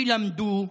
שלמדו,